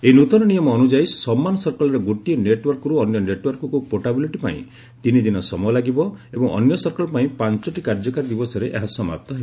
ଏହି ନୂତନ ନିୟମ ଅନୁଯାୟୀ ସମାନ ସର୍କଲରେ ଗୋଟିଏ ନେଟୱାର୍କରୁ ଅନ୍ୟ ନେଟୱାର୍କକୁ ପୋର୍ଟାବିଲିଟି ପାଇଁ ତିନିଦିନ ସମୟ ଲାଗିବ ଏବଂ ଅନ୍ୟ ସର୍କଲ ପାଇଁ ପାଞ୍ଚଟି କାର୍ଯ୍ୟକାରୀ ଦିବସରେ ଏହା ସମାପ୍ତ ହେବ